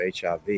HIV